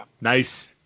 Nice